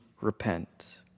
repent